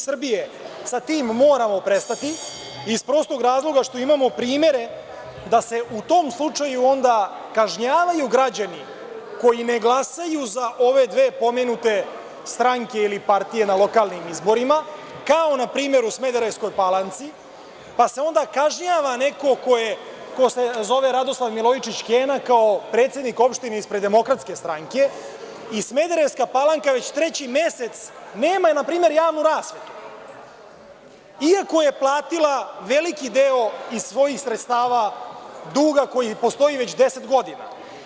Sa tim moramo prestati, iz prostog razloga što imamo primere da se u tom slučaju onda kažnjavaju građani koji ne glasaju za ove dve pomenute stranke ili partije na lokalnim izborima, kao npr. u Smederevskoj Palanci, pa se onda kažnjava neko ko se zove Radoslav Milojičić Kena, kao predsednik opštine ispred DS, i Smederevska Palanka već treći mesec nema npr. javnu rasvetu, iako je platila veliki deo iz svojih sredstava duga koji postoji već 10 godina.